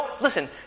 Listen